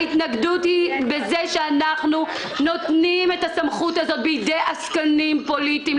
ההתנגדות היא לתת את הסמכות הזאת בידי עסקנים פוליטיים,